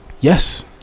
Yes